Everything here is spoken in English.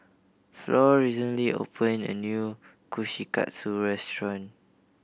Floy recently open a new Kushikatsu restaurant